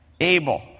Abel